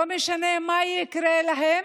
לא משנה מה יקרה להם,